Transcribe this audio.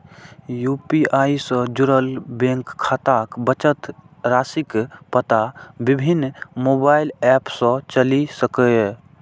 UPI सं जुड़ल bank खाताक बचत राशिक पता विभिन्न मोबाइल एप सं चलि सकैए